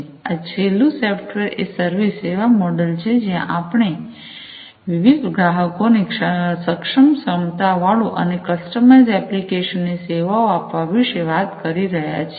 અને આ છેલ્લું સોફ્ટવેર એ સર્વિસ સેવા મોડલ કે જ્યાં આપણે વિવિધ ગ્રાહકોને સક્ષમ ક્ષમતાવાળું અને કસ્ટમાઈઝ એપ્લિકેશન ની સેવાઓ આપવા વિશે વાત કરી રહ્યા છીએ